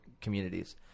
communities